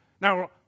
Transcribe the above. Now